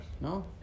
No